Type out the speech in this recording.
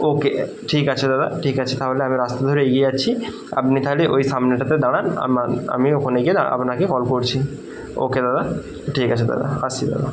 ওকে ঠিক আছে দাদা ঠিক আছে তাহলে আমি রাস্তা ধরে এগিয়ে যাচ্ছি আপনি তাহলে ওই সামনেটাতে দাঁড়ান আমার আমি ওখানে গিয়ে দাঁড়া আপনাকে কল করছি ওকে দাদা ঠিক আছে দাদা আসছি দাদা